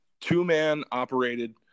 two-man-operated